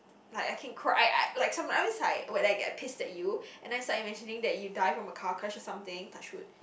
like I can cry I I like sometimes when I get pissed at you and then suddenly imagining that you die from a car crash or something touch wood